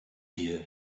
here